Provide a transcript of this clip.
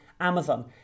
Amazon